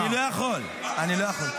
אני לא יכול, אני לא יכול.